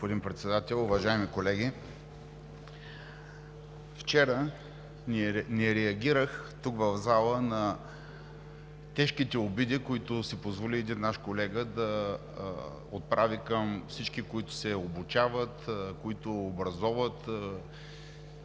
Уважаеми господин Председател, уважаеми колеги! „Вчера не реагирах в залата на тежките обиди, които си позволи един наш колега да отправи към всички, които се обучават, които образоват,